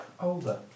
Older